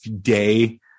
day